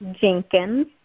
Jenkins